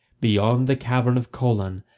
beyond the cavern of colan,